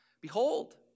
behold